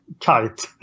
kite